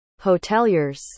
hoteliers